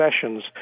sessions